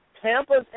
Tampa's